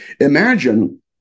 Imagine